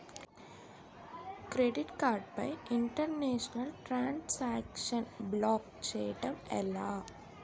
Credit card పై international transaction block చేయటం ఎలా?